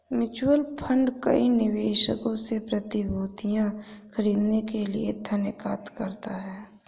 mutual fund कई निवेशकों से प्रतिभूतियां खरीदने के लिए धन एकत्र करता है